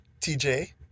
TJ